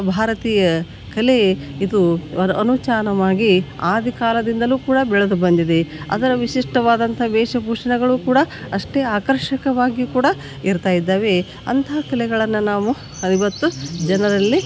ಭಾರತೀಯ ಕಲೆ ಇದು ವಾದ ಅನುಚಾನವಾಗಿ ಆದಿ ಕಾಲದಿಂದಲು ಕೂಡ ಬೆಳೆದು ಬಂದಿದೆ ಅದರ ವಿಶಿಷ್ಟವಾದಂಥ ವೇಷ ಭೂಷಣಗಳು ಕೂಡ ಅಷ್ಟೇ ಆಕರ್ಷಕವಾಗಿಯು ಕೂಡ ಇರ್ತಾಯಿದ್ದವೆ ಅಂತ ಕಲೆಗಳನ್ನು ನಾವು ಇವತ್ತಿನ ಜನರಲ್ಲಿ